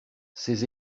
ses